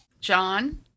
John